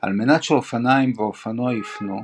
על מנת שאופניים ואופנוע יפנו,